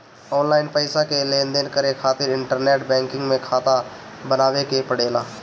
online पईसा के लेनदेन करे खातिर इंटरनेट बैंकिंग में खाता बनावे के पड़ेला